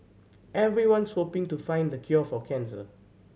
everyone's hoping to find the cure for cancer